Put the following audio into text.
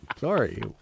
Sorry